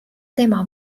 tema